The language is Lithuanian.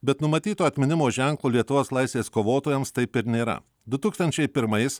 bet numatyto atminimo ženklo lietuvos laisvės kovotojams taip ir nėra du tūkstančiai pirmais